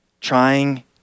trying